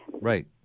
Right